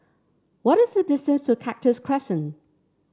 what is the distance to Cactus Crescent